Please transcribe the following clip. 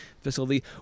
facility